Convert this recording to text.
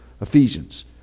Ephesians